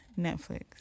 Netflix